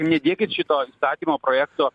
nedėkit šito įstatymo projekto